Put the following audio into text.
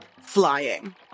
flying